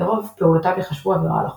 לרוב פעולותיו ייחשבו עבירה על החוק.